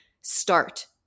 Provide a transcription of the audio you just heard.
start